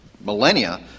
millennia